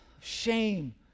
shame